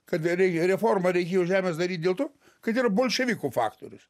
kad re reikia reformą reikėjo žemės daryti dėl to kad yra bolševikų faktorius